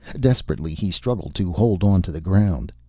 desperately, he struggled to hold onto the ground.